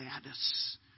status